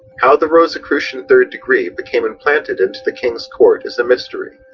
how the rosicrucian third degree became implanted into the king's court is a mystery.